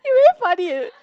you very funny eh